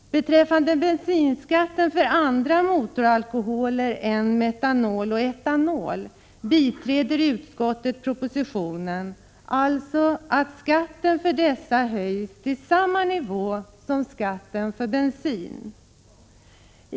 Beträffande bensinskatten för andra motoralkoholer än metanol och etanol biträder utskottet propositionen, dvs. att skatten för dessa höjs till samma nivå som för normal bensin.